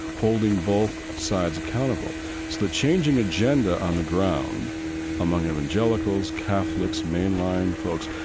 holding both sides accountable so the changing agenda on the ground among evangelicals, catholics, mainline folks,